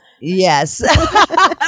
Yes